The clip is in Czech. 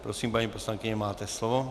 Prosím, paní poslankyně, máte slovo.